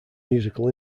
musical